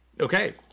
Okay